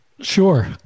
sure